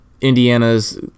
Indiana's